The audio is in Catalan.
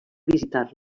visitar